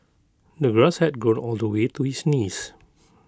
the grass had grown all the way to his knees